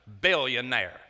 billionaire